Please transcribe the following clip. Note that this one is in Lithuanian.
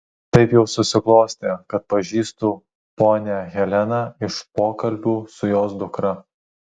taip jau susiklostė kad pažįstu ponią heleną iš pokalbių su jos dukra